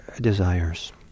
desires